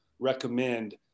recommend